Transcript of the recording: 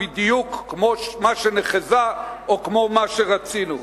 בדיוק כמו מה שנחזה או כמו מה שרצינו.